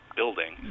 building